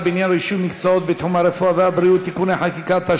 בעניין רישוי מקצועות בתחום הרפואה והבריאות (תיקוני חקיקה),